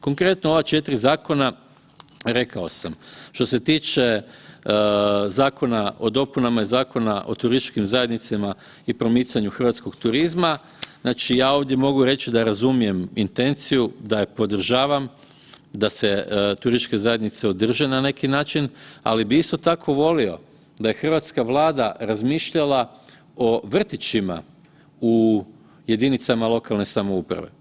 Konkretno ova četiri zakona rekao sam, što se tiče Zakona o dopunama Zakona o turističkim zajednicama i promicanju hrvatskog turizma, ja mogu ovdje reći da razumijem intenciju da je podržavam da se turističke zajednice održe na neki način, ali bi isto tako volio da je hrvatska Vlada razmišljala o vrtićima u jedinicama lokalne samouprave.